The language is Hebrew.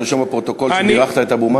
אפשר לרשום בפרוטוקול שבירכת את אבו מאזן?